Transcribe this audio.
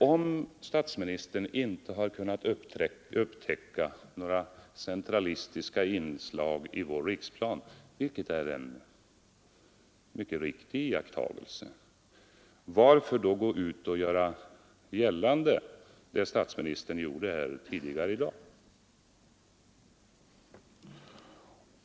Om statsministern nu inte har kunnat upptäcka några centralis i vår riksplan — vilket är en mycket riktig iakttagelse — varför framför då statsministern de påståenden som han gjorde här tidigare i dag?